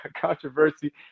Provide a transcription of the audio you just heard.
controversy